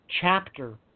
chapter